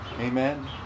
Amen